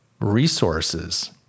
resources